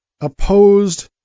opposed